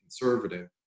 conservative